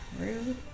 Rude